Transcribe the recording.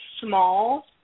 small